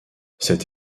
cette